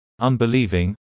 unbelieving